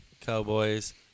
Cowboys